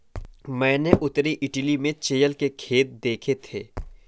मैंने उत्तरी इटली में चेयल के खेत देखे थे